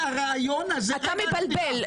אתה מבלבל.